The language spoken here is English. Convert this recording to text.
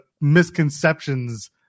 misconceptions